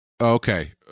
okay